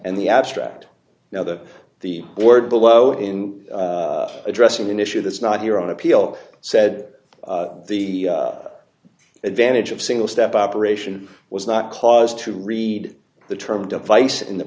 and the abstract now that the word below in addressing an issue that's not here on appeal said the advantage of single step operation was not cause to read the term device in the